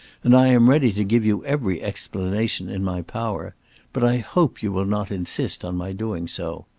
and i am ready to give you every explanation in my power but i hope you will not insist on my doing so.